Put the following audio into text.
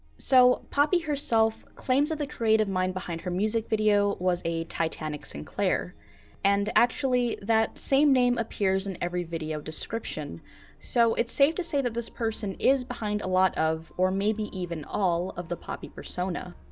so, poppy herself claims of the creative mind behind her music video was a titanic sinclair and actually that same name appears in every video description so it's safe to say that this person is behind a lot of or maybe even all of the poppy persona.